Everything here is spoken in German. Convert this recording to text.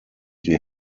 die